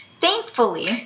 Thankfully